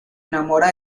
enamora